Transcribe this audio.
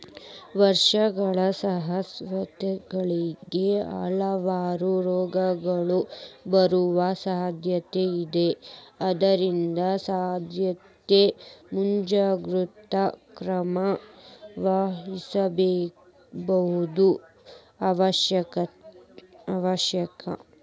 ವಾರ್ಷಿಕ ಸಸ್ಯಗಳಿಗೆ ಹಲವಾರು ರೋಗಗಳು ಬರುವ ಸಾದ್ಯಾತೆ ಇದ ಆದ್ದರಿಂದ ಸರಿಯಾದ ಮುಂಜಾಗ್ರತೆ ಕ್ರಮ ವಹಿಸುವುದು ಅವಶ್ಯ